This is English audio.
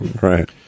Right